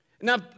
Now